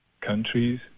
countries